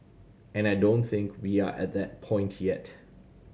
and I don't think we are at that point yet